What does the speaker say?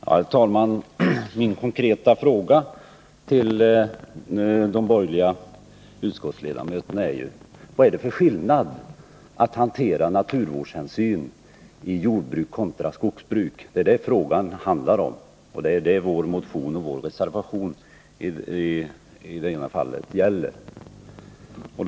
Herr talman! Min konkreta fråga till de borgerliga utskottsledamöterna är: Vad är det för skillnad mellan att hantera naturvårdshänsyn i jordbruk och i skogsbruk? Det är detta frågan gäller, och det är detta vår motion och vår reservation i det ena fallet handlar om.